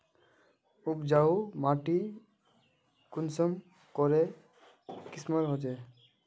उपजाऊ माटी कुंसम करे किस्मेर होचए?